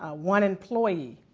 ah one employee,